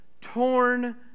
torn